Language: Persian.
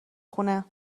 خونه